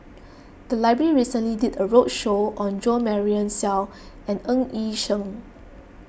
the library recently did a roadshow on Jo Marion Seow and Ng Yi Sheng